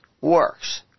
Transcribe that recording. works